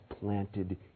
planted